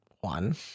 one